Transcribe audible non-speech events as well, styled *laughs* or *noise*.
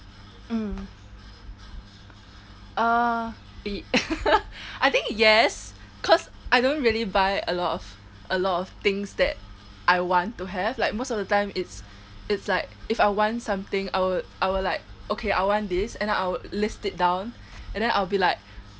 mm uh ye~ *laughs* I think yes cause I don't really buy a lot of a lot of things that I want to have like most of the time it's it's like if I want something I will I will like okay I want this and then I will list it down and then I will be like